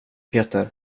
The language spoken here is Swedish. peter